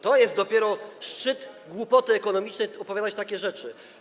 To jest dopiero szczyt głupoty ekonomicznej, opowiadać takie rzeczy.